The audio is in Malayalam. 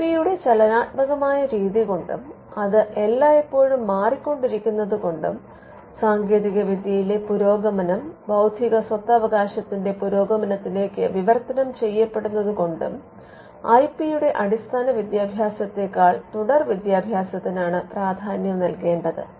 ഐ പി യുടെ ചലനാത്മകമായ രീതികൊണ്ടും അത് എല്ലായ്പ്പോഴും മാറിക്കൊണ്ടിരിക്കുന്നത് കൊണ്ടും സാങ്കേതികവിദ്യയിലെ പുരോഗമനം ബൌദ്ധിക സ്വത്തവകാശത്തിന്റെ പുരോഗമനത്തിലേക്ക് വിവർത്തനം ചെയ്യപ്പെടുന്നതുകൊണ്ടും ഐ പി യുടെ അടിസ്ഥാനവിദ്യാഭ്യാസത്തെക്കാൾ തുടർവിദ്യാഭാസത്തിനാണ് പ്രാധാന്യം നൽകേണ്ടത്